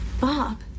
Bob